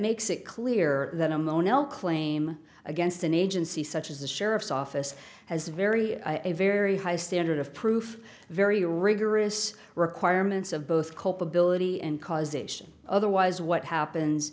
makes it clear that unknown l claim against an agency such as the sheriff's office has a very a very high standard of proof very rigorous requirements of both culpability and causation otherwise what happens